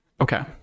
Okay